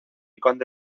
conde